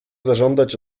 zażądać